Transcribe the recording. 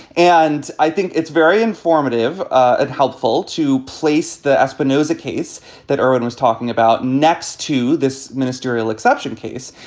and i think it's very informative and helpful to place the espinosa case that irwin was talking about. next to this ministerial exception case,